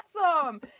awesome